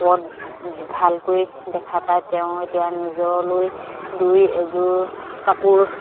পদ ভালকৈ দেখা পায় তেওঁ এতিয়া নিজৰলৈ দুই এযোৰ কাপোৰ